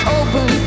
open